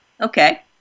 Okay